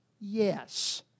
Yes